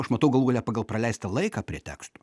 aš matau galų gale pagal praleistą laiką prie tekstų